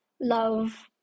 love